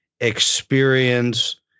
experience